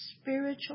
spiritual